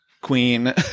queen